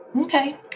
Okay